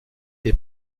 est